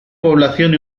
población